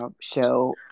show